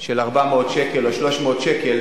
של 400 או 300 שקל,